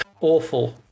awful